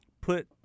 put